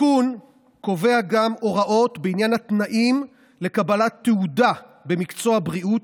התיקון קובע גם הוראות בעניין התנאים לקבלת תעודה במקצוע בריאות,